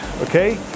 okay